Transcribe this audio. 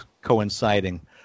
coinciding